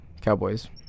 Cowboys